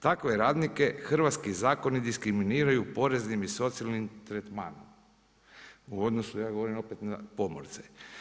Takve radnike hrvatski zakoni diskriminiraju poreznim i socijalnim tretmanom u odnosu ja govorim opet na pomorce.